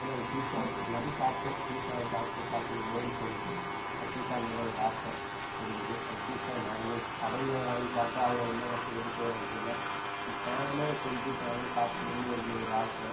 நாங்கள் பீட்சா எல்லாத்தையும் சாப்பிட்டோம் பீட்சா சாப்பிட்டு பார்க்கணுமேன்னு சொல்லிவிட்டு பீட்சா மேலே ஒரு ஆசை எங்களுக்கு அந்த பீட்சா நாங்களே ஸ் கடையில் வாங்கி சாப்பிட்டா அவங்க என்ன இப் எப்படி செய்கிறாங்கன்னு தெரியல ம் தானே செஞ்சு தானே சாப்பிடணுன்னு எங்களுக்கு ஒரு ஆசை